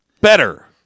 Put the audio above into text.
better